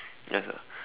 ya sia